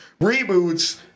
Reboots